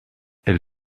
elle